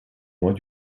mois